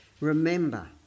Remember